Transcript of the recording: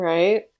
Right